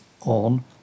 on